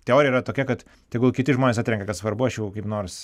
teorija yra tokia kad tegul kiti žmonės atrenka kas svarbu aš jau kaip nors